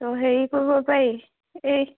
ত' হেৰি কৰিব পাৰি এই